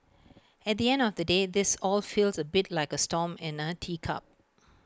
at the end of the day this all feels A bit like A storm in A teacup